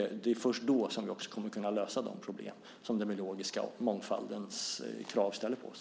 Det är först då som vi också kommer att kunna lösa de problem som kravet på biologisk mångfald ställer på oss.